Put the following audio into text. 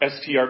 STR